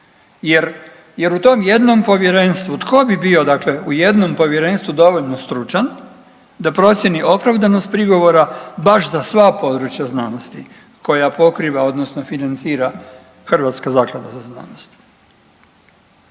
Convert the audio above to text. jer u tom jednom povjerenstvu tko bi bio u jednom povjerenstvu dovoljno stručan da procijeni opravdanost prigovora baš za sva područja znanosti koja pokriva odnosno financira Hrvatska zaklada za znanost.